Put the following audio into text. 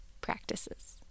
practices